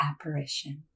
Apparition